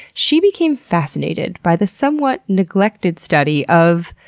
she became fascinated by the somewhat neglected study of,